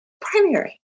primary